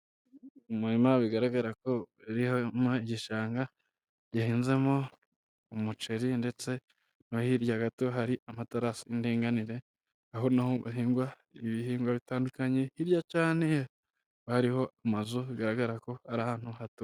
Umurima bigaragarako uri mu gishanga gihinzemo umuceri, ndetse no hirya gato hari amatarasi y'indiganire aho na ho hahingwa ibihingwa bitandukanye, hirya cyane hakaba hariho amazu bigaragarako ari ahantu hatuwe.